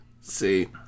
See